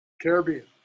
Caribbean